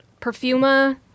Perfuma